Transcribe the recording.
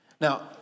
Now